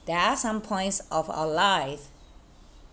there are some points of our life